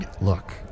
Look